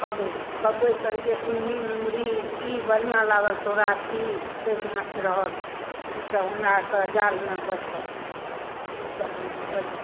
कबै कबै सनके सिंघी मुङ्गरी ई बढ़िआँ लागल सौराठीसँ माछ रहल ईसभ माछ हमराआरकऽ जालमऽ बझल ईसभ माछ बझल